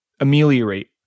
ameliorate